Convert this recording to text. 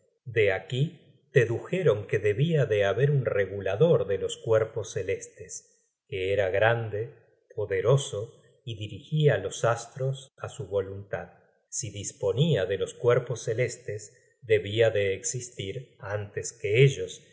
de aquí dedujeron que debia de haber un regulador de los cuerpos celestes que era grande poderoso y dirigia los astros á su voluntad si disponia de los cuerpos celestes debia de existir antes que ellos